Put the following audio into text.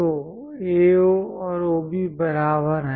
तो AO और OB बराबर हैं